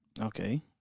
Okay